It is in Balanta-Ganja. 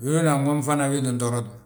Winooni anwomi fana wii ttin toorat ma. Bari ajaan yo he dé, glimbire gaa tti ŋata a taan, glimbiri ge gmaa gi nñaa ma ginŧubna wil abeti. Winooni anwomi fana wii ttin toorat ma